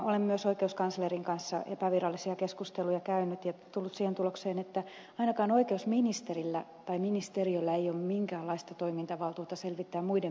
olen myös oikeuskanslerin kanssa epävirallisia keskusteluja käynyt ja tullut siihen tulokseen että ainakaan oikeusministerillä tai ministeriöllä ei ole minkäänlaista toimintavaltuutta selvittää muiden ministeriöiden toimia